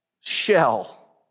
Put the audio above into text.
shell